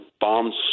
bombs